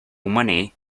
money